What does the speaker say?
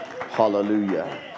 Hallelujah